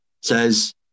says